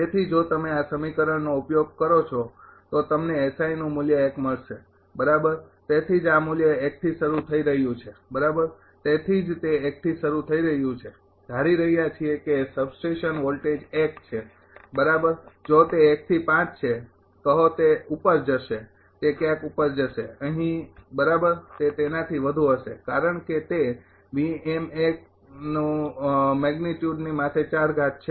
તેથી જો તમે આ સમીકરણનો ઉપયોગ કરો છો તો તમને નું મૂલ્ય મળશે બરાબર તેથી જ આ મૂલ્ય થી શરૂ થઈ રહ્યું છે બરાબર તેથી જ તે થી શરૂ થઇ રહ્યું છે ધારી રહ્યા છીએ કે સબસ્ટેશન વોલ્ટેજ છે બરાબર જો તે થી છે કહો તે ઉપર જશે તે ક્યાંક ઉપર જશે અહી બરાબર તે તેનાથી વધુ હશે કારણ કે તે છે